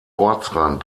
ortsrand